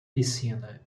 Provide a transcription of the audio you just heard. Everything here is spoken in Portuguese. piscina